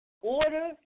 order